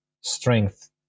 strength